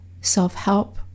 self-help